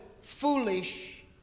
foolish